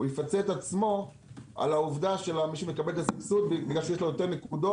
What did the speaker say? יפצה את עצמו על העובדה של מי שמקבל את הסבסוד כי יש לו יותר נקודות.